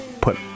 put